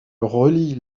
relie